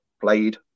played